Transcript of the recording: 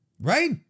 right